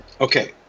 okay